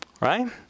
Right